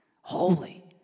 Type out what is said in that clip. Holy